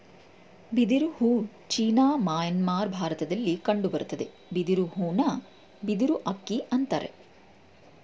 ಬಿದಿರು ಹೂ China Myanmar ಭಾರತದಲ್ಲಿ ಕಂಡುಬರ್ತದೆ ಬಿದಿರು ಹೂನ ಬಿದಿರು ಅಕ್ಕಿ ಅಂತರೆ